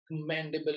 commendable